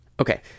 Okay